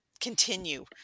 continue